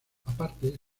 aparte